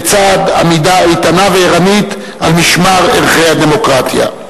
לצד עמידה איתנה וערנית על משמר ערכי הדמוקרטיה.